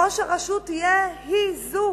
ראש הרשות היא שתבחר